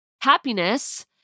Happiness